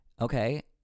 Okay